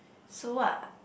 so what